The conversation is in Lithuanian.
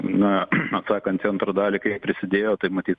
na atsakant į antrą dalį kiek prisidėjo tai matyt